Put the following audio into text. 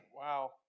Wow